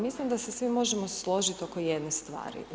Mislim da se svi možemo složiti oko jedne stvari.